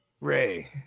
Ray